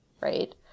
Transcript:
Right